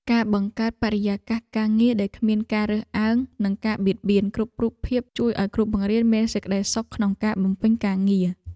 ការបង្កើតបរិយាកាសការងារដែលគ្មានការរើសអើងនិងការបៀតបៀនគ្រប់រូបភាពជួយឱ្យគ្រូបង្រៀនមានសេចក្តីសុខក្នុងការ បំពេញការងារ។